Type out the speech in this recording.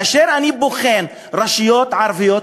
כאשר אני בוחן רשויות ערביות,